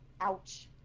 Ouch